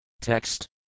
Text